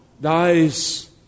dies